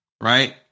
right